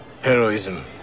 Heroism